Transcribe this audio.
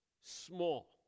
small